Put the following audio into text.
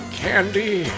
candy